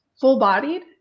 full-bodied